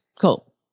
Cool